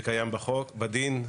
שקיים בדין,